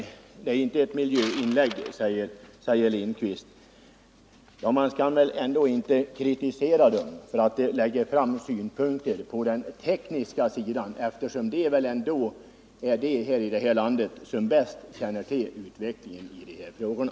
Nej, det är inte ett miljöinlägg, säger herr Lindkvist. Men vi skall väl inte kritisera företaget för att man lägger fram synpunkter på den tekniska sidan eftersom man bäst i landet känner till utvecklingen i de här frågorna.